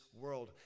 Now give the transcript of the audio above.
world